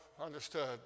understood